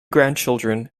grandchildren